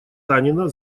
танина